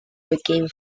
became